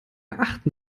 achten